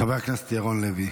חבר הכנסת ירון לוי,